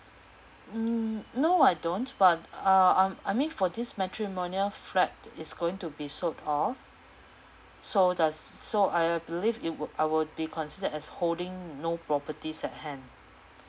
mm no I don't but uh um I mean for this matrimonial flat it's going to be sold off so just so I believe it would I would be considered as holding no properties at hand